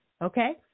Okay